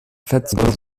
fettsäuren